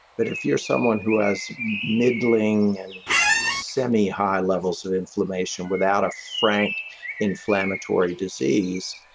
but if you're someone who has middling and semi high levels of inflammation without a frank inflammatory disease,